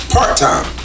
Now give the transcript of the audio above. Part-time